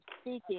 speaking